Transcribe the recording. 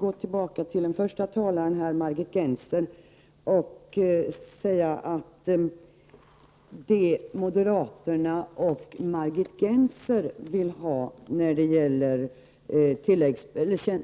Det system som moderaterna och Margit Gennser vill ha när det gäller